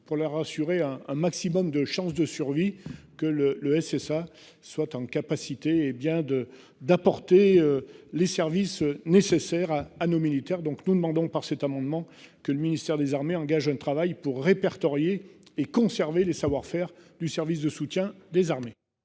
pour leur assurer un un maximum de chances de survie que le le ça soit en capacité, hé bien de d'apporter les services nécessaires à nos militaires. Donc nous demandons par cet amendement que le ministère des Armées engage ne travaille pour répertorier et conserver les savoir-faire du service de soutien.